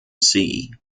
sea